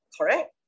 correct